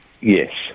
Yes